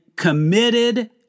committed